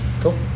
Cool